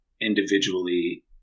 individually